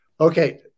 Okay